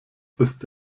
ist